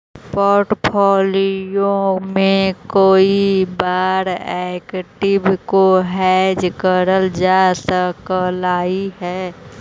portfolio में कई बार एक्विटी को हेज करल जा सकलई हे